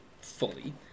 fully